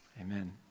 Amen